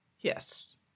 yes